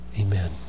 Amen